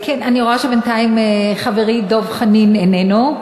אני רואה שבינתיים חברי דב חנין איננו.